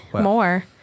more